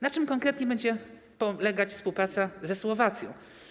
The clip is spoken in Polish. Na czym konkretnie będzie polegać współpraca ze Słowacją?